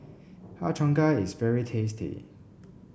Har Cheong Gai is very tasty